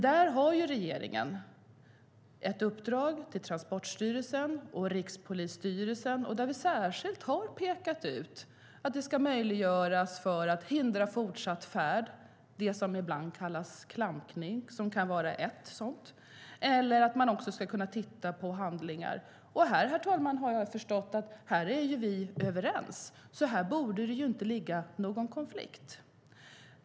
Här har dock regeringen gett uppdrag till Transportstyrelsen och Rikspolisstyrelsen. Vi har särskilt pekat ut att det ska göras möjligt att hindra fortsatt färd - det som ibland kallas klampning kan vara ett sätt - eller att titta på handlingar. Här, herr talman, har jag förstått att vi är överens, så här borde det inte finnas någon konflikt.